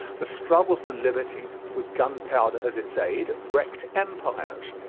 the struggle for liberty, with gunpowder as its aid, wrecked empires,